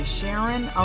Sharon